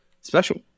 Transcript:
special